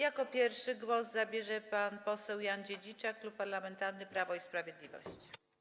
Jako pierwszy głos zabierze pan poseł Jan Dziedziczak, Klub Parlamentarny Prawo i Sprawiedliwość.